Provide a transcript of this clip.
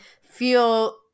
feel